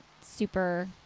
super